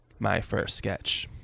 MyFirstSketch